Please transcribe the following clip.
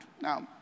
now